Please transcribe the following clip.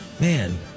Man